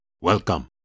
Welcome